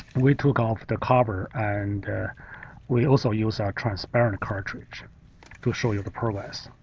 we took off the cover and we also used our transparent cartridge to show you the progress.